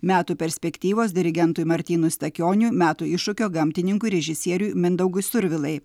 metų perspektyvos dirigentui martynui stakioniui metų iššūkio gamtininkui režisieriui mindaugui survilai